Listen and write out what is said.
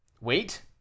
Wait